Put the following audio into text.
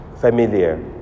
familiar